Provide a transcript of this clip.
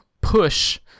push